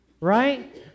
right